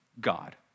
God